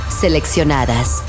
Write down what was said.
seleccionadas